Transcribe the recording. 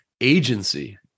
agency